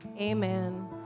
amen